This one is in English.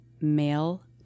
male